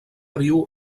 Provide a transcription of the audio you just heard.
viu